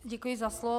Děkuji za slovo.